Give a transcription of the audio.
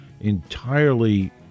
entirely